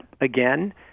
again